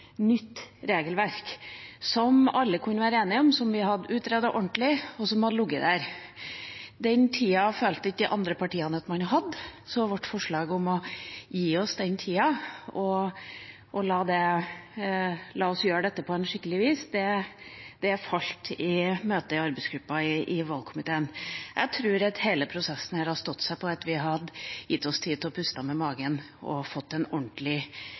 nytt regelverk som alle kunne være enige om, som vi hadde utredet ordentlig og som hadde ligget der. Den tida følte ikke de andre partiene at man hadde, så vårt forslag om å gi oss den tida og gjøre dette på skikkelig vis, falt i møte i arbeidsgruppa til valgkomiteen. Jeg tror at hele denne prosessen hadde stått seg på at vi hadde gitt oss tid til å puste med magen og fått en ordentlig